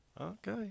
okay